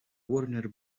warner